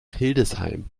hildesheim